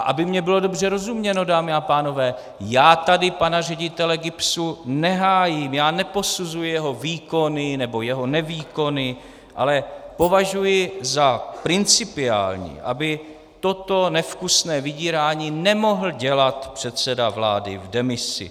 Aby mi bylo dobře rozuměno, dámy a pánové, já tady pana ředitele GIBS nehájím, já neposuzuji jeho výkony nebo jeho nevýkony, ale považuji za principiální, aby toto nevkusné vydírání nemohl dělat předseda vlády v demisi.